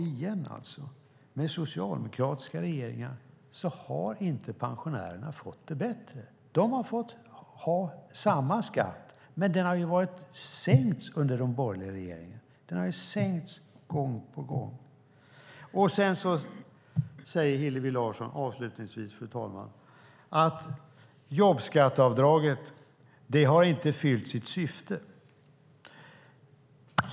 Igen: Med socialdemokratiska regeringar har inte pensionärerna fått det bättre. De har fått ha samma skatt, men skatten har sänkts under den här borgerliga regeringen, och den har sänkts gång på gång. Avslutningsvis, fru talman! Hillevi Larsson säger att jobbskatteavdraget inte har fyllt sitt syfte.